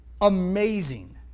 amazing